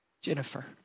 Jennifer